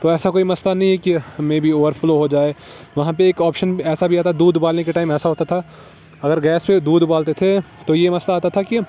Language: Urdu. تو ایسا کوئی مسلئہ نہں ہے کہ مے بی اوور فلو ہو جائے وہاں پہ ایک اوپشن ایسا بھی آتا ہے دودھ ابالنے کے ٹائم ایسا ہوتا تھا اگر گیس پہ دودھ ابالتے تھے تو یہ مسئلہ آتا تھا کہ